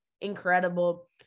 incredible